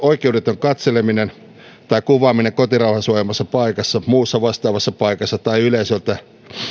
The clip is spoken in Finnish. oikeudeton katseleminen tai kuvaaminen kotirauhan suojaamassa paikassa muussa vastaavassa paikassa tai yleisöltä